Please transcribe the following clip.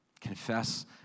Confess